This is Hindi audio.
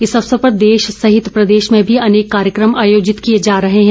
इस अवसर पर देश सहित प्रदेश में भी अनेक कार्यकम आयोजित किए जा रहे हैं